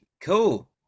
cool